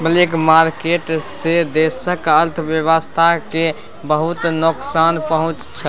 black market सँ देशक अर्थव्यवस्था केँ बहुत नोकसान पहुँचै छै